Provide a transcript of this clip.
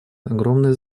огромное